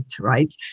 right